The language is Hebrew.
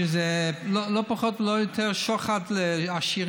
זה לא פחות ולא יותר שוחד לעשירים?